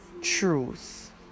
truth